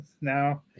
now